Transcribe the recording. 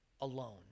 alone